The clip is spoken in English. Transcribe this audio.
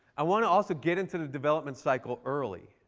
i want to also get into the development cycle early.